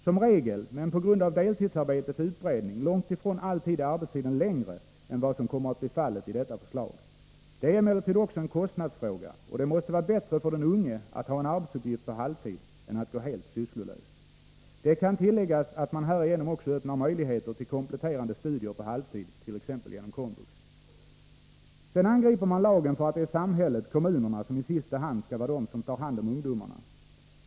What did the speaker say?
Som regel, men på grund av deltidsarbetets utbredning långt ifrån alltid, är arbetstiden längre än vad som kommer att bli fallet i detta förslag. Det är emellertid också en kostnadsfråga, och det måste vara bättre för den unge att ha en arbetsuppgift på halvtid än att gå helt sysslolös. Det kan tilläggas att man härigenom också öppnar möjligheter till kompletterande studier på halvtid t.ex. genom Komvux. Sedan angriper man lagen för att det är samhället, kommunerna, som i sista hand skall vara de som tar hand om ungdomarna.